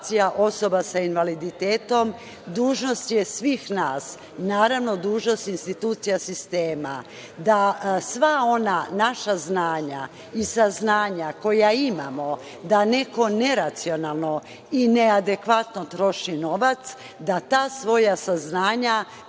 osoba sa invaliditetom, dužnost je svih nas, naravno, dužnost institucija sistema, da sva ona naša znanja i saznanja koja imamo da neko neracionalno i neadekvatno troši novac, da ta svoja saznanja